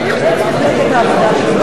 לשנת הכספים 2011,